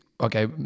okay